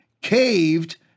caved